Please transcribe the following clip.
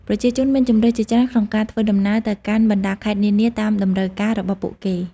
ប្រជាជនមានជម្រើសជាច្រើនក្នុងការធ្វើដំណើរទៅកាន់បណ្តាខេត្តនានាតាមតម្រូវការរបស់ពួកគេ។